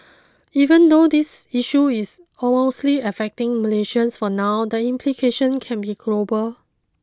even though this issue is mostly affecting Malaysians for now the implications can be global